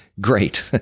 great